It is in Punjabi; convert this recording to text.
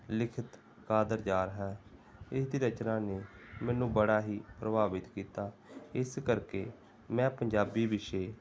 ਲਿਖਤ ਕਾਦਰਯਾਰ ਹੈ ਇਸ ਦੀ ਰਚਨਾ ਨੇ ਮੈਨੂੰ ਬੜਾ ਹੀ ਪ੍ਰਭਾਵਿਤ ਕੀਤਾ ਇਸ ਕਰਕੇ ਮੈਂ ਪੰਜਾਬੀ ਵਿਸ਼ੇ